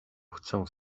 chcę